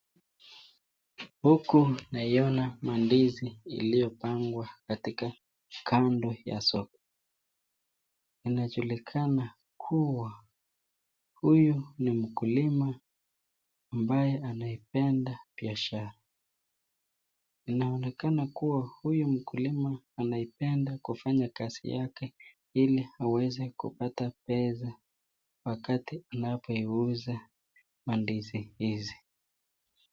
Huku naiona mandizi iliyopangwa katika kando ya soko. Inajulikana kuwa huyu ni mkulima ambaye anaipenda biashara, anaonekana kuwa huyu mkulima anaipenda kufanya kazi yake ili aweze kupata pesa wakati anapoiuza mandizi hizi.